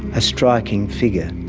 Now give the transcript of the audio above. a striking figure.